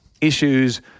issues